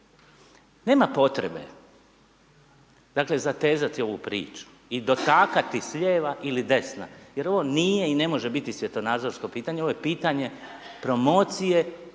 Nema potrebe, dakle, zatezati ovu priču i dotakati s lijeve ili desna, jer ovo nije i ne može biti svjetonazorsko pitanje, ovo je pitanje promocije